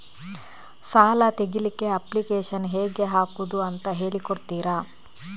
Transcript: ಸಾಲ ತೆಗಿಲಿಕ್ಕೆ ಅಪ್ಲಿಕೇಶನ್ ಹೇಗೆ ಹಾಕುದು ಅಂತ ಹೇಳಿಕೊಡ್ತೀರಾ?